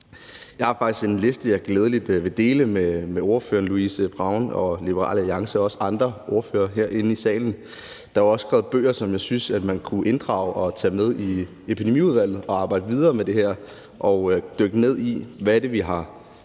Jeg har faktisk en liste, jeg glædelig vil dele med ordføreren for forslagsstillerne, Louise Brown, Liberal Alliance og også andre ordførere herinde i salen. Der er også skrevet bøger, som jeg synes man kunne inddrage og tage med i Epidemiudvalget for at arbejde videre med det her og dykke ned i, hvad det har